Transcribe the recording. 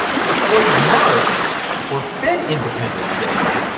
for the fourth of march, for fed independence day,